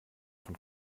von